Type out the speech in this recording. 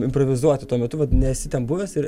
improvizuoti tuo metu vat nesi ten buvęs ir